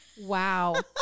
Wow